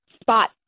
spot